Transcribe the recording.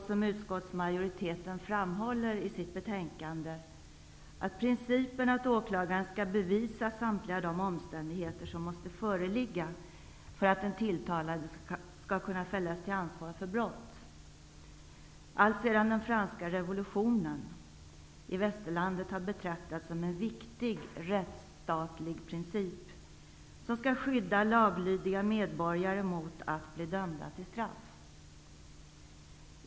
Som utskottsmajoriteten framhåller i betänkandet, har principen att åklagaren skall bevisa samtliga de omständigheter som måste föreligga för att den tilltalade skall kunna fällas till ansvar för brott, alltsedan den franska revolutionen i västerlandet, betraktats som en viktig rättsstatlig princip, som skall skydda laglydiga medborgare mot att bli dömda till straff.